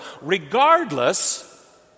regardless